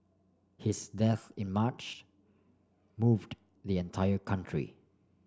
his death in March moved the entire country